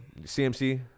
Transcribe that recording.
CMC